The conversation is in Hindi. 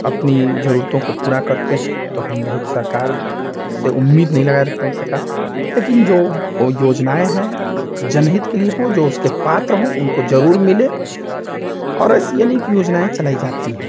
अपनी ज़रूरतों को पूरा करते हैं तो हम बहुत सरकार से उम्मीद नहीं लगा रहते हैं कि सरकार लेकिन जो योजनाएँ हैं जनहित के लिए हों जो उसके पात्र हों उनको ज़रूर मिले और ऐसी अनेक योजनाएँ चलाई जाती हैं